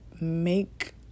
make